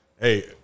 hey